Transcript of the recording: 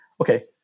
okay